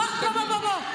בוא, בוא, בוא.